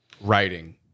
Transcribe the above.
writing